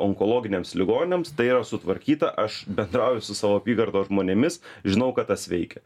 onkologiniams ligoniams tai yra sutvarkyta aš bendrauju su savo apygardos žmonėmis žinau kad tas veikia